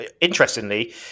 Interestingly